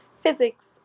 physics